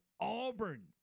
Auburn